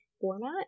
format